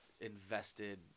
invested